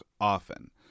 often